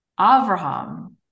Abraham